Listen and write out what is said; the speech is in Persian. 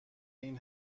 این